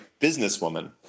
businesswoman